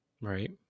Right